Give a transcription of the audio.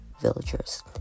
villagers